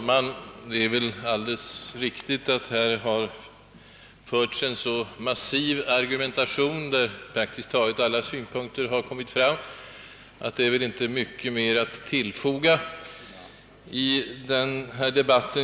Herr talman! Här har förts en så massiv argumentation för reservationerna, att praktiskt taget alla synpunkter väl nu kommit fram. Det är väl därför inte mycket mer att i sak tillfoga i denna debatt.